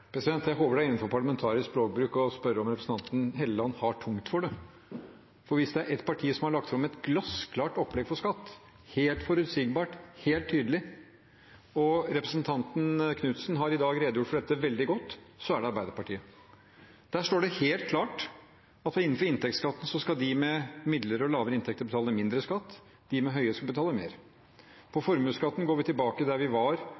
Jeg håper det er innenfor parlamentarisk språkbruk å spørre om representanten Helleland har tungt for det. Hvis det er ett parti som har lagt fram et glassklart opplegg for skatt – helt forutsigbart, helt tydelig, og representanten Knutsen har i dag redegjort for dette veldig godt – så er det Arbeiderpartiet. Der står det helt klart at innenfor inntektsskatten skal de med midlere og lavere inntekter betale mindre skatt, de med høye inntekter skal betale mer. På formuesskatten går vi tilbake der vi var